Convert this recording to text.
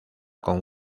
con